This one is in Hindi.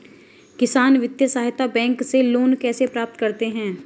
किसान वित्तीय सहायता बैंक से लोंन कैसे प्राप्त करते हैं?